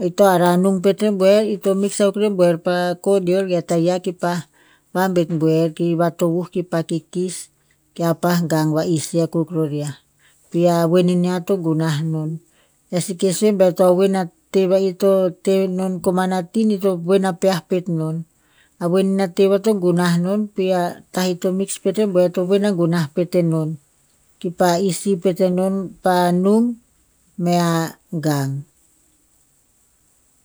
Ito ha'ra nung pet rebuer ito miks akuk rebuer pa codiol ge a tayiah ki pah vabet buer ki vatovuh kipa kikis. Kear gang va isi akuk ror yiah. Pi a voen inia to gunah non. E seke sue be to voen a te va'ih to te non koman a tin ito voen na peah pet non. A voen ina te ve to gunah non pi a tah ir miks pet rebuer to voen na gunah pet enon. Kipah isi pet enon pah nung, mea gang.